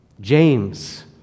James